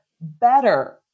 better